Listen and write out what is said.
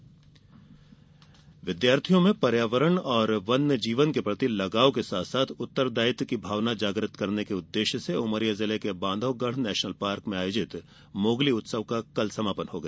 मोंगली उत्सव विद्यार्थियों में पर्यावरण और वन्य जीवन के प्रति लगाव और उत्तरदायित्व की भावना जागृत करने के उद्देश्य से उमरिया जिले के बांधवगढ़ नेशनल पार्क में आयोजित मोगली उत्सव का कल समापन हो गया